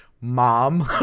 mom